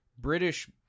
british